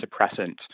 suppressant